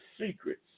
secrets